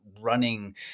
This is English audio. running